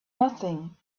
nothing